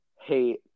hate